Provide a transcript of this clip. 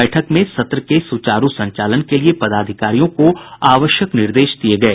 बैठक में सत्र के सुचारू संचालन के लिए पदाधिकारियों को आवश्यक निर्देश दिये गये